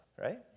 right